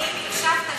אם הקשבת,